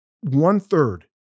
one-third